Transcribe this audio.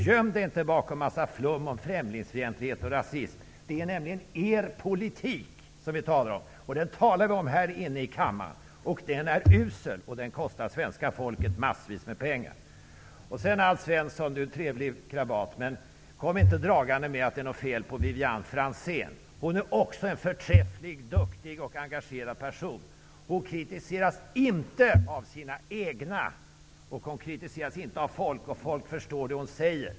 Göm er inte bakom en massa flum om främlingsfientlighet och rasism! Det är nämligen er politik vi talar om här i kammaren. Den är usel, och den kostar svenska folket massvis med pengar. Alf Svensson är en trevlig krabat, men han skall inte kommma dragande med att det är något fel på Vivianne Franzén! Hon är också en förträfflig, duktig och engagerad person. Hon kritiseras inte av sina egna. Hon kritiseras inte av folk, och folk förstår det hon säger.